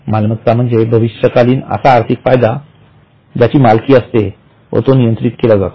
मालमत्ता म्हणजे भविष्यकालीन असा आर्थिक फायदा ज्याची मालकी असते व तो नियंत्रित केला जातो